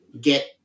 get